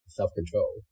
self-control